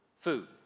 food